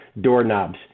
doorknobs